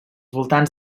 voltants